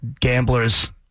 gamblers